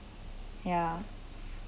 ya